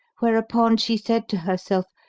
whereupon she said to herself,